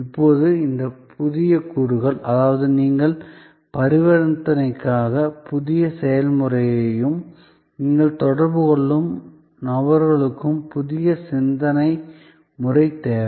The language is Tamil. இப்போது இந்த புதிய கூறுகள் அதாவது நீங்கள் பரிவர்த்தனைக்கான புதிய செயல்முறையையும் நீங்கள் தொடர்பு கொள்ளும் நபர்களுக்கும் புதிய சிந்தனை முறை தேவை